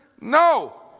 No